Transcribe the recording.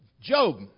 Job